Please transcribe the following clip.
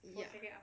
ya